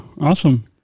Awesome